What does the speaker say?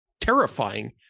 terrifying